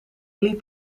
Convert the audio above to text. liep